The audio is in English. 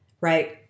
right